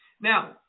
Now